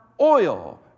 oil